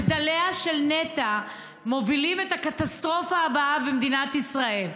מחדליה של נת"ע מובילים את הקטסטרופה הבאה במדינת ישראל.